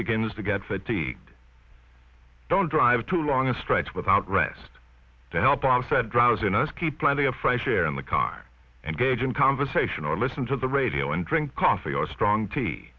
begins to get fatigued don't drive too long a stretch without rest to help out said drowsiness keep plenty of fresh air in the car and gauge in conversation or listen to the radio and drink coffee or strong tea